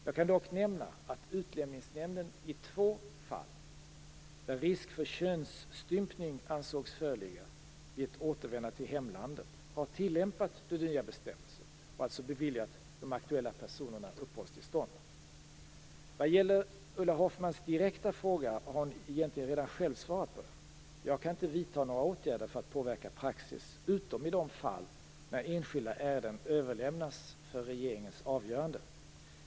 Jag kan dock nämna att Utlänningsnämnden i två fall, där risk för könsstympning ansågs föreligga vid ett återvändande till hemlandet, har tillämpat den nya bestämmelsen och alltså beviljat de aktuella personerna uppehållstillstånd. Vad gäller Ulla Hoffmanns direkta fråga har hon egentligen redan själv svarat på den. Jag kan inte vidta några åtgärder för att påverka praxis, utom i de fall där enskilda ärenden överlämnas för regeringens avgörande.